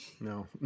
No